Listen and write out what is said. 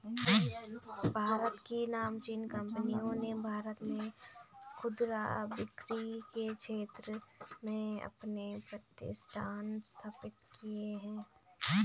भारत की नामचीन कंपनियों ने भारत में खुदरा बिक्री के क्षेत्र में अपने प्रतिष्ठान स्थापित किए हैं